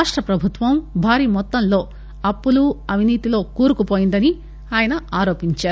రాష్ట ప్రభుత్వం భారీ మొత్తంలో అప్పులు అవినీతిలో కూరుకుపోయిందని ఆయన ఆరోపించారు